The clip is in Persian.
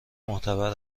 معتبر